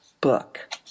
book